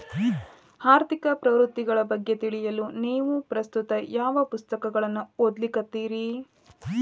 ಆರ್ಥಿಕ ಪ್ರವೃತ್ತಿಗಳ ಬಗ್ಗೆ ತಿಳಿಯಲು ನೇವು ಪ್ರಸ್ತುತ ಯಾವ ಪುಸ್ತಕಗಳನ್ನ ಓದ್ಲಿಕತ್ತಿರಿ?